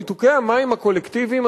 ניתוקי המים הקולקטיביים,